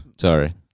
Sorry